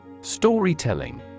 Storytelling